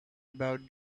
about